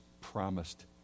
promised